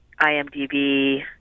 IMDb